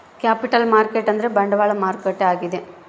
capital market ಅಂದ್ರ ಬಂಡವಾಳ ಮಾರುಕಟ್ಟೆ ಆಗ್ಯಾದ